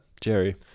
Jerry